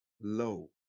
low